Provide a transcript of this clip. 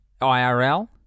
IRL